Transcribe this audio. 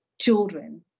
children